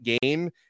game